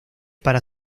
para